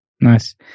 Nice